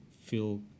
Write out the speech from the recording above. feel